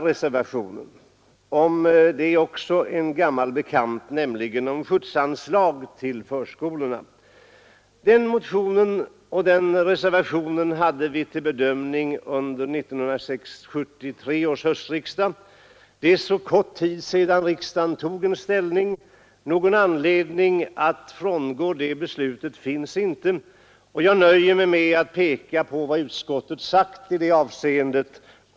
Reservationen 2 om skjutsanslag till förskolorna är också en gammal bekant. En motion av samma innebörd hade vi till bedömning under 1973 års höstriksdag. Det är alltså kort tid sedan riksdagen tog ställning, och någon anledning att frångå det beslut som då fattades finns inte. Jag nöjer mig med att peka på vad utskottet sagt i frågan.